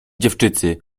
dziewczycy